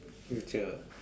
future ah